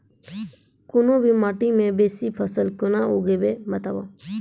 कूनू भी माटि मे बेसी फसल कूना उगैबै, बताबू?